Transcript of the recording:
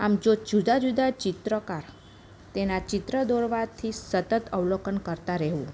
આમ જો જુદા જુદા ચિત્રકાર તેના ચિત્ર દોરવાથી સતત અવલોકન કરતા રહેવું